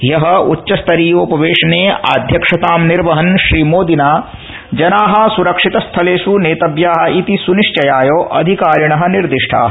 हयः उच्चस्तरीयोपवेशने आध्यक्षतां निर्वहन् मोदिना जना सुरक्षित स्थलेष् नेतव्याः इति स्निश्चयाय अधिकारिणः निर्दिष्टाः